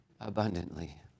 abundantly